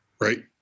Right